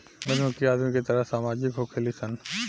मधुमक्खी आदमी के तरह सामाजिक होखेली सन